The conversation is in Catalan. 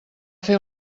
fer